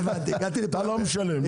אתה לא משלם.